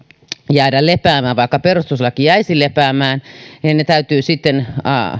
jäädä lepäämään vaikka perustuslaki jäisi lepäämään tai ne täytyy sitten